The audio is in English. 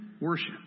worship